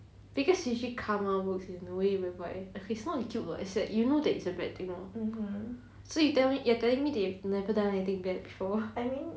actually karma works in a way whereby it's not joke [what] is that you know that it's a bad thing lor so you tell me you're telling me that you have never done anything bad before